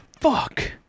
Fuck